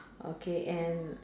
okay and